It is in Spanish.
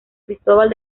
cristóbal